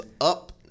up